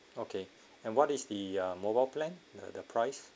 okay and what is the ah mobile plan the price